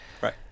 Right